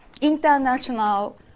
International